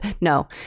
no